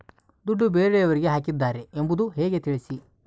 ದುಡ್ಡು ಬೇರೆಯವರಿಗೆ ಹಾಕಿದ್ದಾರೆ ಎಂಬುದು ಹೇಗೆ ತಿಳಿಸಿ?